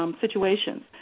situations